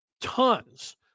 tons